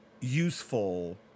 useful